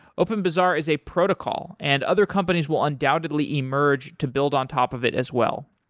openbazaar is a protocol and other companies will undoubtedly emerge to build on top of it as well